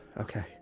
okay